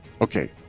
okay